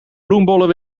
bloembollen